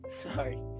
sorry